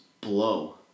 blow